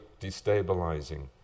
destabilizing